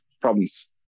problems